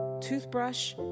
toothbrush